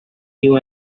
you